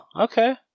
Okay